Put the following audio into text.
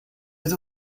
with